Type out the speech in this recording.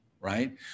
right